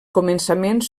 començaments